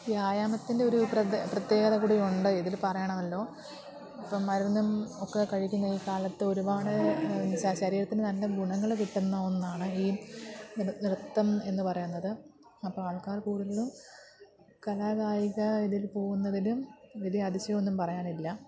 വ്യായാമത്തിൻ്റെ ഒരു പ്രഥ പ്രത്യേകത കൂടിയുണ്ട് ഇതിൽ പറയണമല്ലോ ഇപ്പോള് മരുന്നും ഒക്കെ കഴിക്കുന്ന ഈ കാലത്ത് ഒരുപാട് ശ ശരീരത്തിന് നല്ല ഗുണങ്ങൾ കിട്ടുന്ന ഒന്നാണ് ഈ നൃ നൃത്തം എന്നു പറയുന്നത് അപ്പോള് ആൾക്കാർ കൂടുതലും കലാകായിക ഇതില് പോകുന്നതിലും വലിയ അതിശയമൊന്നും പറയാനില്ല